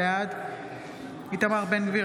בעד איתמר בן גביר,